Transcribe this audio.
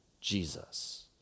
Jesus